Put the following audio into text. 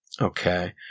Okay